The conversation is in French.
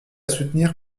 soutenir